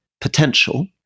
potential